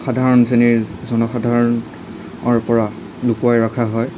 সাধাৰণ শ্ৰেণীৰ জনসাধাৰণৰ পৰা লুকুৱাই ৰখা হয়